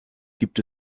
gibt